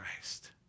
Christ